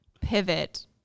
pivot